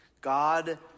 God